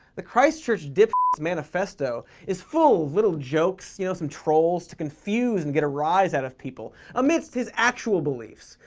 the christchurch dipsh t's manifesto is full of little jokes you know, some trolls to confuse and get a rise out of people amidst his actual beliefs,